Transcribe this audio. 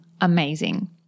amazing